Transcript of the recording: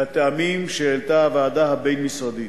מהטעמים שהעלתה הוועדה הבין-משרדית.